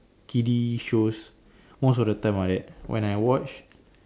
kiddy shows most of the time ah that when I watch